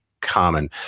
common